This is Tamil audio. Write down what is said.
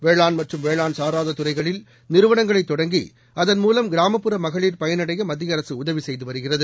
வேளாண் மற்றும் வேளாண் சாராத துறைகளில் நிறுவனங்களைத் தொடங்கி அதன்மூலம் கிராமப்புற மகளிர் பயனடைய மத்திய அரசு உதவி செய்து வருகிறது